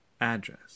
address